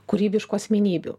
kūrybiškų asmenybių